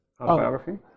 autobiography